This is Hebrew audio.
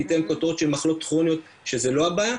ניתן כותרות של מחלות כרוניות כשזה לא הבעיה.